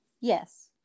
Yes